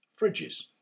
fridges